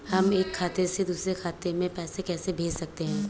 हम एक खाते से दूसरे खाते में पैसे कैसे भेज सकते हैं?